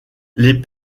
les